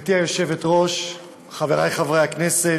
גברתי היושבת-ראש, חברי חברי הכנסת,